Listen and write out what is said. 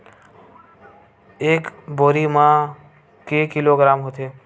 एक बोरी म के किलोग्राम होथे?